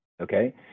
Okay